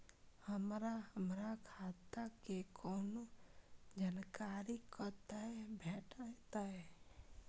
हमरा हमर खाता के कोनो जानकारी कतै भेटतै?